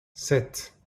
sept